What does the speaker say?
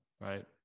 right